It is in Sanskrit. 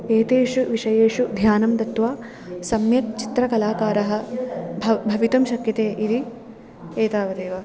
एतेषु विषयेषु ध्यानं दत्वा सम्यक् चित्रकलाकारः भव् भवितुं शक्यते इति एतावदेव